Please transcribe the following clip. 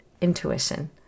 intuition